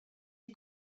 you